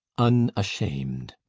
unashamed.